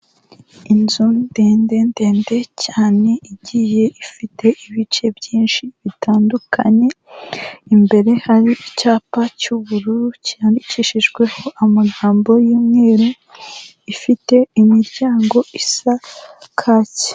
Inzu ndende ndende cyane igiye ifite ibice byinshi bitandukanye, imbere hari icyapa cy'ubururu cyandikishijweho amagambo y'umweru, ifite imiryango isa kake.